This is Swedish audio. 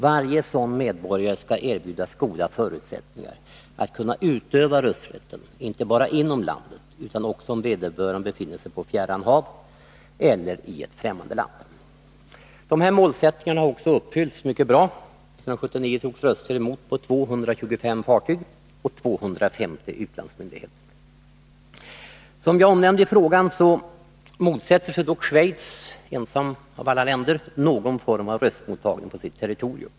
Varje sådan medborgare skall erbjudas goda förutsättningar att utöva rösträtten, inte bara inom landet utan också om vederbörande befinner sig på fjärran hav eller i ett främmande land. Dessa målsättningar har också uppfyllts bra. 1979 togs röster emot på 225 fartyg och 250 utlandsmyndigheter. Som jag framhållit i frågan motsätter sig dock Schweiz ensamt av alla länder någon form av röstmottagning på sitt territorium.